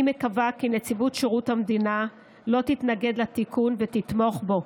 אני מקווה כי נציבות שירות המדינה לא תתנגד לתיקון ותתמוך בו.